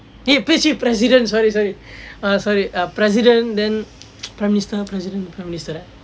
he president sorry sorry err sorry err president then prime minister president prime minister